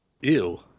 Ew